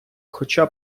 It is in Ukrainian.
хоча